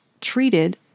treated